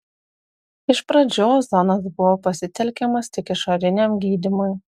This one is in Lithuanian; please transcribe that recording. iš pradžių ozonas buvo pasitelkiamas tik išoriniam gydymui